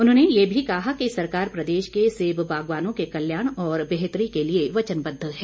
उन्होंने ये भी कहा कि सरकार प्रदेश के सेब बागवानों के कल्याण और बेहतरी के लिए वचनबद्व है